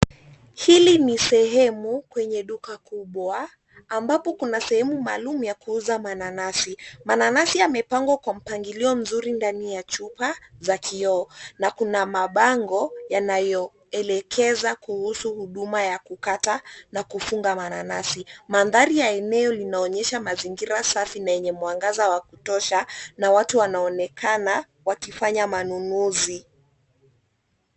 HIli ni sehemu kwenye duka kubwa ambapo kuna sehemu maalumu ya kuuza mananasi. Mananasi yamepangwa kwa mpangilio mzuri ndani ya chupa za kioo na kuna mabango yanayoelekeza kuhusu huduma ya kukata na kufunga mananasi. Mandhari ya eneo linaonyesha mazingira safi na yenye mwangaza wa kutosha na watu wanaonekana wakifanya manunuzi.